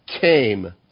came